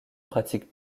pratique